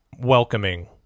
welcoming